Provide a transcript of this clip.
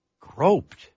groped